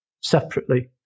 Separately